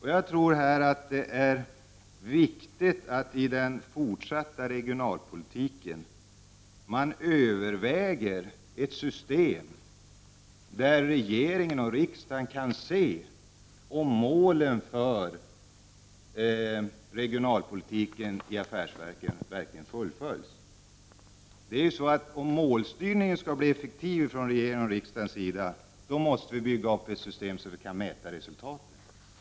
I den fortsatta regionalpolitiken är det därför viktigt att överväga ett system där regering och riksdag kan se om målen för regionalpolitiken verkligen fullföljs i affärsverken. Om riksdagens och regeringens målstyrning skall bli effektiv måste det byggas upp ett system för att kunna mäta resultatet.